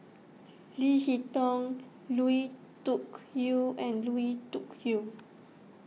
Leo Hee Tong Lui Tuck Yew and Lui Tuck Yew